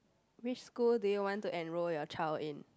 which school do you want to enrol your child in